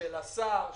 של השר,